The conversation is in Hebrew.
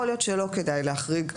יכול להיות שלא כדאי להחריג,